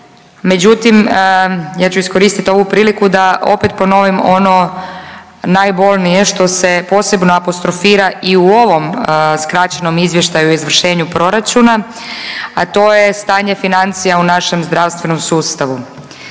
međutim, ja ću iskoristiti ovu priliku da opet ponovim ono najbolnije što se posebno apostrofira i u ovom skraćenom Izvještaju o izvršenju proračuna, a to je stanje financija u našem zdravstvenom sustavu.